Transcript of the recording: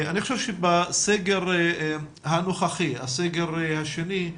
אני חושב שבסגר הנוכחי, השני,